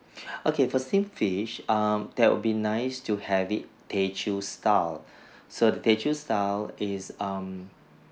okay for steam fish err that would be nice to have it teo chew style so the teo chew style is um